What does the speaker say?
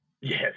Yes